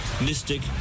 mystic